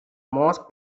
most